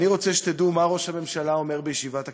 אני רוצה שתדעו מה ראש הממשלה אומר בישיבת הקבינט.